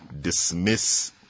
dismiss